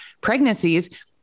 pregnancies